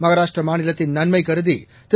மகாராஷ்டிர மாநிலத்தின் நன்மை கருதி திரு